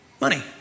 Money